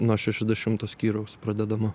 nuo šešiasdešimto skyriaus pradedama